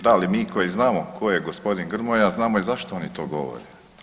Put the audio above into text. Da, ali mi koji znamo tko je gospodin Grmoja znamo i zašto oni to govore.